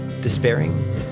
despairing